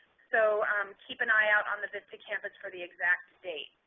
so um keep an eye out on the vista campus for the exact date.